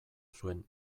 zuen